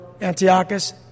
Antiochus